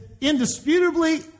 indisputably